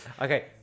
Okay